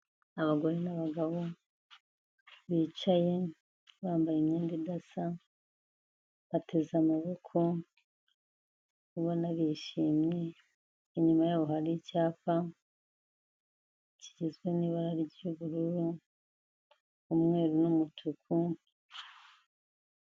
Abagore n'abagabo bicaye bambaye imyenda idasa, bateze amaboko, ubona bishimye, inyuma yabo hari icyapa kigizwe n'ibara ry'ubururu, umweru n'umutuku.